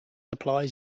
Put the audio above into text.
applies